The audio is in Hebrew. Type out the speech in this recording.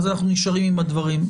אנחנו נשארים עם הדברים.